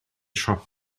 siop